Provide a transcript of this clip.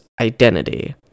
identity